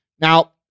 Now